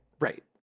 right